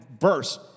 verse